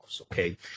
okay